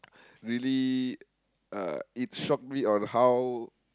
really uh it shocked me on how